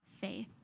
faith